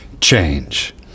change